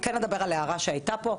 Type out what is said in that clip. אני כן אדבר על הערה שהייתה פה,